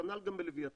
כנ"ל גם בלווייתן.